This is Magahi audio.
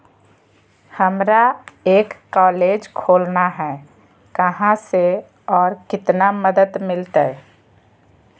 हमरा एक कॉलेज खोलना है, कहा से और कितना मदद मिलतैय?